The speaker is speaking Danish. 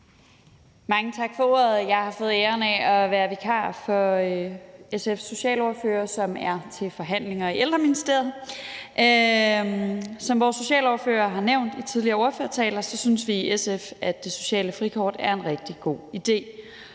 Mange tak for ordet. Jeg har fået æren af at være vikar for SF's socialordfører, som er til forhandlinger i Ældreministeriet. Som vores socialordfører har nævnt i tidligere ordførertaler, synes vi i SF, at det sociale frikort er en rigtig god idé.